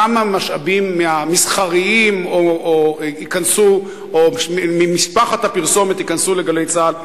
כמה משאבים מהמסחריים או ממשפחת הפרסומת ייכנסו ל"גלי צה"ל",